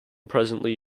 presently